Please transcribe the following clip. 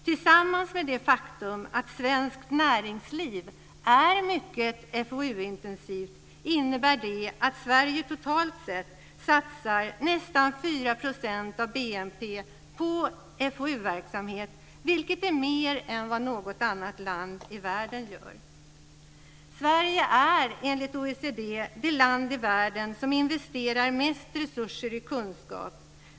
Tillsammans med det faktum att svenskt näringsliv är mycket FoU-intensivt innebär det att Sverige totalt sett satsar nästan 4 % av BNP på FoU-verksamhet, vilket är mer än vad något annat land i världen gör. Sverige är enligt OECD det land i världen som investerar störst resurser i kunskap.